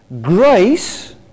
grace